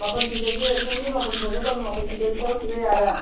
ꯃꯥꯄꯜ ꯁꯨꯗꯕꯗꯤ ꯃꯤ ꯃꯥꯄꯜ ꯄꯨꯔꯛꯀꯗꯧꯅꯤ ꯃꯥꯄꯜ ꯁꯨꯗ꯭ꯔꯗꯤ ꯇꯔꯨꯛ ꯁꯨꯔꯗꯤ ꯌꯥꯔꯦ